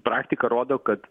praktika rodo kad